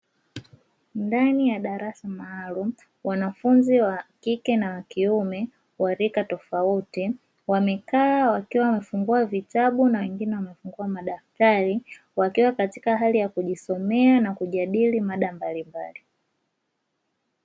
Ndani ya darasa maalum wanafunzi wa kike na wa kiume wa rika tofauti, wamekaa wakiwa wamefungua vitabu na wengine wamefungua madaftari, wakiwa katika hali ya kujisomea na kujadili mada mbalimbali.